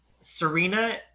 Serena